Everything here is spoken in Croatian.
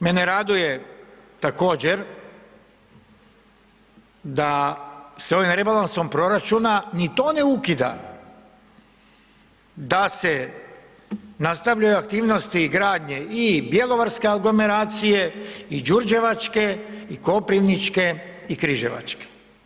Mene raduje također da se ovim rebalansom proračuna ni to ne ukida, da se nastavljaju aktivnosti i gradnje i bjelovarske aglomeracije i đurđevačke i koprivničke i križevačke.